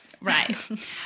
Right